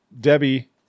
debbie